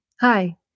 Hi